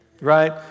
right